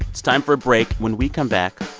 it's time for a break when we come back,